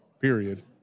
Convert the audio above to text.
Period